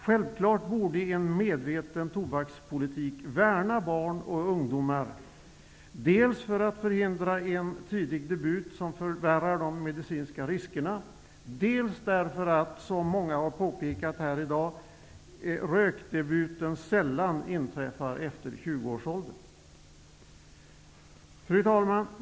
Självfallet borde en medveten tobakspolitik värna barn och ungdomar, dels för att förhindra en tidig debut, vilket förvärrar de medicinska riskerna, dels på grund av att rökdebuten sällan inträffar efter 20-årsåldern, vilket många har påpekat i dag. Fru Talman!